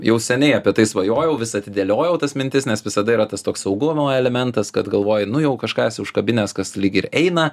jau seniai apie tai svajojau vis atidėliojau tas mintis nes visada yra tas toks saugumo elementas kad galvoji nu jau kažką esi užkabinęs kas lyg ir eina